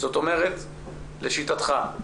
זאת אומרת, לשיטתך,